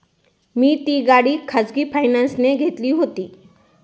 मी ती गाडी खाजगी फायनान्सने घेतली होती